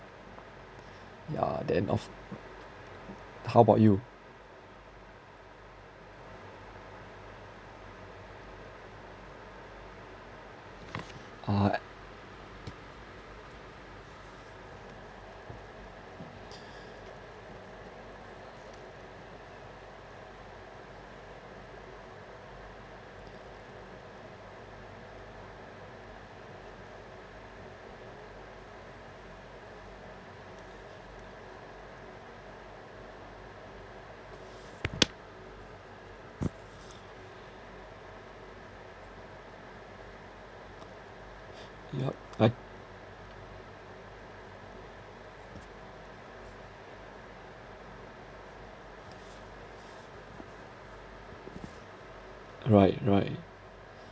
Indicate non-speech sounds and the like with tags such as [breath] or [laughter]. yeah then of how about you uh [noise] [breath] yup but right right